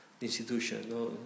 Institution